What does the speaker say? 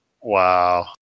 Wow